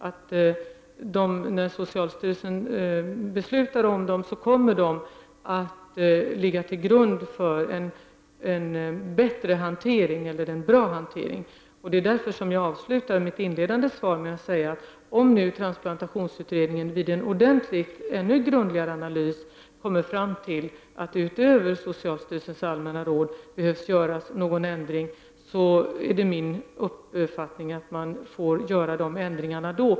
Det är min bedömning, att när socialstyrelsen beslutar om dessa allmänna råd, kommer de att ligga till grund för en bra hantering. Därför avslutade jag mitt inledande svar med att säga att om transplantationsutredningen vid en ordentlig och ännu grundligare analys kommer fram till att det utöver socialstyrelsens allmänna råd behöver göras någon ändring, är det min uppfattning att man får göra ändringen då.